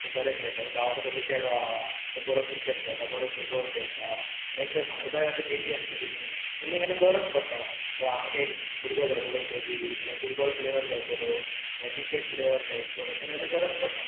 तें बरे खेळटा गांवाचो खंयो चेडो आहा तो बरो क्रिकेट खेळटा बरो फुटबॉल खेळा मागीर खंय भायर भायर आतां गेमी आसतली न्हू केन्ना केन्ना गरज पडटा आमकां एक भुरगो जाय बरो खळी नाल्या फुटबॉल प्लेयर जाय बरो नाल्यार क्रिकेट प्लेयर जाय एक बरो केन्ना केन्ना गरज पडटा